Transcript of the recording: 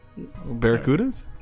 Barracudas